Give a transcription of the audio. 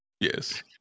yes